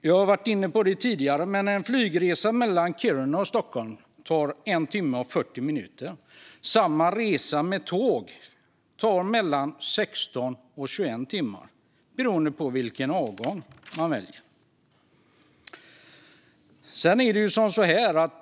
En flygresa mellan Kiruna och Stockholm tar, som jag har varit inne på tidigare, 1 timme och 40 minuter. Samma resa med tåg tar mellan 16 och 21 timmar beroende på vilken avgång man väljer.